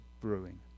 brewing